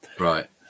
right